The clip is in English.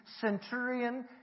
centurion